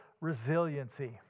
resiliency